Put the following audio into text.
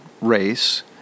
race